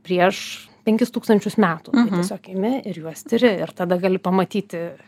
prieš penkis tūkstančius metų tiesiog imi ir juos tiri ir tada gali pamatyti